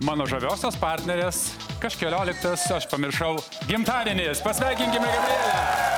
mano žaviosios partnerės kažkelioliktas aš pamiršau gimtadienis pasveikinkime gabrielę